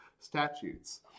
statutes